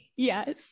Yes